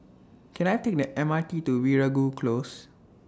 Can I Take The M R T to Veeragoo Close